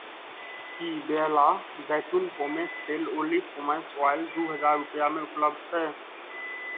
की वेयला जैतून पोमेस तेल ओनली वोमेंस ऑइल दू हजार रुपैआमे उपलब्ध छै